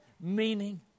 meaning